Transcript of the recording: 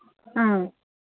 ꯎꯝ